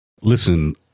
listen